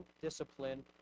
discipline